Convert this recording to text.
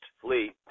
fleet